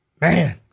Man